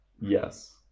Yes